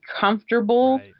comfortable